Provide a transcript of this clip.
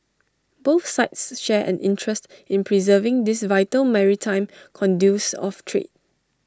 both sides share an interest in preserving these vital maritime conduits of trade